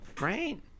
Right